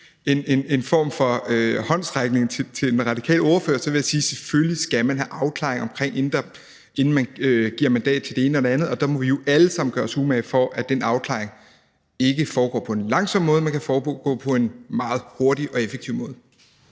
en form for håndsrækning til den radikale ordfører, vil jeg sige, at man selvfølgelig skal have fået en afklaring, inden man giver mandat til det ene og det andet, og der må vi jo alle sammen gøre os umage for, at den afklaringsproces ikke foregår på en langsom måde, men kan foregå på en meget hurtig og effektiv måde.